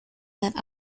that